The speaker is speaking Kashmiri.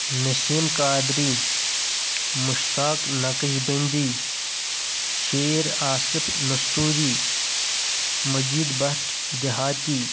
نسیٖم قادری مشتاق نقشبندی شیٖر آصف نصتوٗری مجید بٹھ دِہاتی